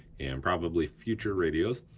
and probably future radios,